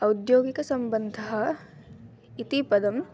औद्योगिकसम्बन्धः इति पदम्